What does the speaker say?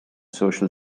social